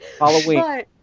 Halloween